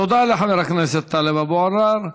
תודה לחבר הכנסת טלב אבו עראר.